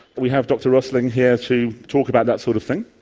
we have dr rosling here to talk about that sort of thing.